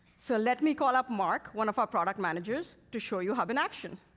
so let me call up mark, one of our project managers to show you hub in action.